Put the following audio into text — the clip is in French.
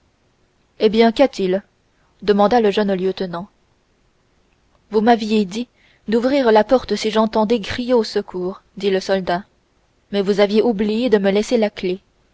eh bien qu'y a-t-il demanda le jeune lieutenant vous m'aviez dit d'ouvrir la porte si j'entendais crier au secours dit le soldat mais vous aviez oublié de me laisser la clef